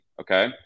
okay